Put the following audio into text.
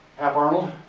hap arnold,